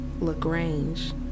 Lagrange